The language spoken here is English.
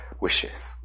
wishes